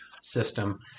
system